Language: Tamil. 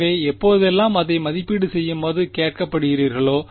எனவே எப்போதெல்லாம் இதை மதிப்பீடு செய்யுமாறு கேட்கப்படுகிறீர்களோ